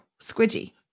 squidgy